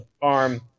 farm